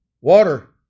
water